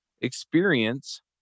experience